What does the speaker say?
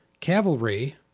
Cavalry